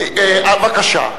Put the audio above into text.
בבקשה.